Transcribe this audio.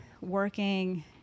working